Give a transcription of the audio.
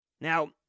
Now